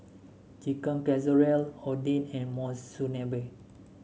Chicken Casserole Oden and Monsunabe